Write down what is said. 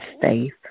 faith